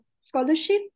scholarship